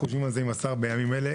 אנחנו יושבים על זה עם השר בימים אלה,